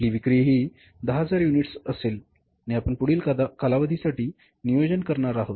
आपली विक्री ही 10000 युनिट्स असे आहे आणि आपण पुढील कालावधीसाठी नियोजन करणार आहोत